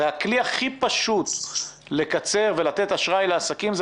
הרי הכלי הכי פשוט לקצר ולתת ימי אשראי לעסקים זה